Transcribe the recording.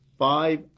Five